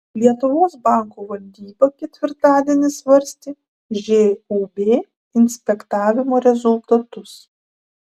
lietuvos banko valdyba ketvirtadienį svarstė žūb inspektavimo rezultatus